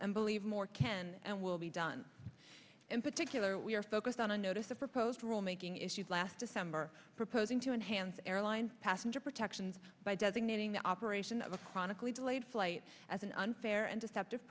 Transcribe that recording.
and believe more can and will be done in particular we are focused on a notice of proposed rule making issued last december proposing to enhance airline passenger protections by designating the operation of a chronically delayed flight as an unfair and deceptive